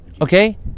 Okay